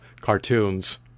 cartoons